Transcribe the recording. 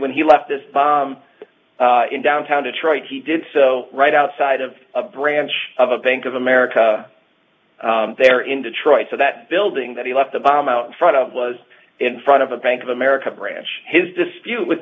when he left this in downtown detroit he did so right outside of a branch of a bank of america there in detroit so that building that he left a bomb out in front of was in front of a bank of america branch his dispute with